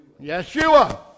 Yeshua